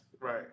Right